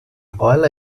oil